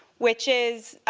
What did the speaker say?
which is,